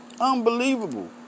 unbelievable